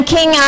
King